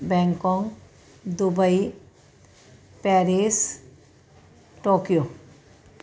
Bangkok Dubai Paris Tokyo